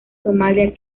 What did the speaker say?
somalia